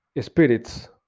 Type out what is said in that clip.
spirits